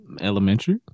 Elementary